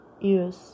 use